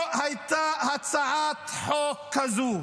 לא הייתה הצעת חוק כזו.